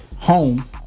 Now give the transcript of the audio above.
Home